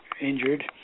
injured